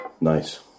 Nice